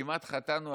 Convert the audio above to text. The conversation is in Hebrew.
כמעט: חטאנו,